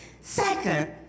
Second